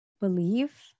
believe